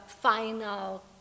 final